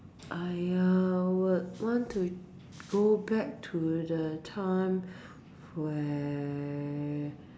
I ah would want to go back to the time where